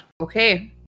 Okay